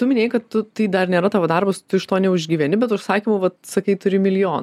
tu minėjai kad tu tai dar nėra tavo darbas iš to neužgyveni bet užsakymų vat sakai turi milijoną